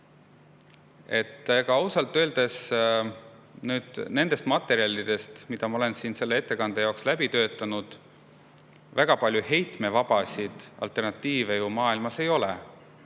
Ausalt öeldes nende materjalide põhjal, mida ma olen selle ettekande jaoks läbi töötanud, väga palju heitevabasid alternatiive maailmas ei ole.